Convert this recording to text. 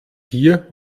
hier